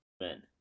men